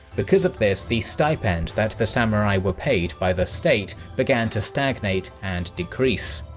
because of this, the stipend that the samurai were paid by the state began to stagnate and decrease.